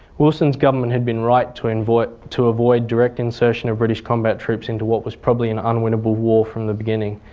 wilson's government had been right to avoid to avoid direct insertion of british combat troops into what was probably an unwinnable war from the beginning.